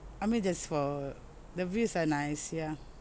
I mean just for the views are nice ya